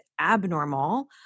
abnormal